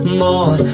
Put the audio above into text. more